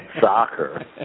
Soccer